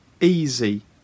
easy